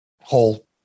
whole